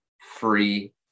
free